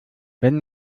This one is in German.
wenn